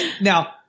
Now